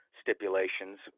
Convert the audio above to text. stipulations